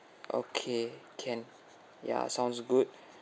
okay can yeah sounds good